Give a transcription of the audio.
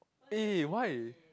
eh why